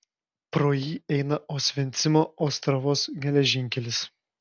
pro jį eina osvencimo ostravos geležinkelis